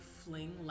fling